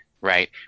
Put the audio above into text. right